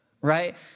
Right